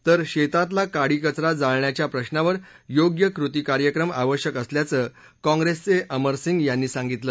तर शेतातला काडी कचरा जाळण्याच्या प्रश्नावर योग्य कृती कार्यक्रम आवश्यक असल्याचं काँग्रेसचे अमर सिंग यांनी सांगितलं